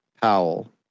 Powell